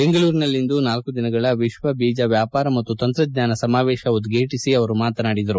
ಬೆಂಗಳೂರಿನಲ್ಲಿಂದು ನಾಲ್ತು ದಿನಗಳ ವಿಶ್ವ ಬೀಜ ವ್ಯಾಪಾರ ಮತ್ತು ತಂತ್ರಜ್ಞಾನ ಸಮಾವೇಶವನ್ನು ಉದ್ವಾಟಿಸಿ ಅವರು ಮಾತನಾಡಿದರು